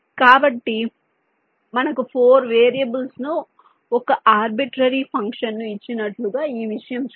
కాబట్టి మనకు 4 వేరియబుల్స్ ను ఒక ఆర్బిట్రేరి ఫంక్షన్ కు ఇచ్చినట్లయితే ఈ విషయం చూద్దాం